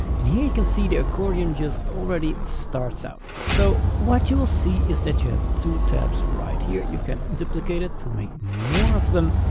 and here you can see that the accordion just already starts out. so what you will see is that you have two tabs right here, you can duplicate it to make more of them.